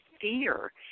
fear